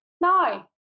No